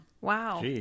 Wow